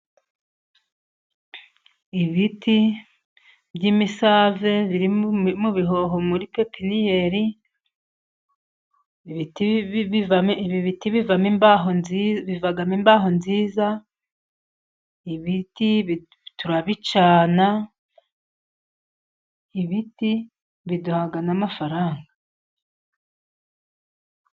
Ibiti by'imisave biri mu bihoho muri pepiniyeri . Ibi biti bivamo imbaho. Bivamo imbaho nziza. Ibiti turabicana. Ibiti biduha amafaranga.